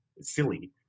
silly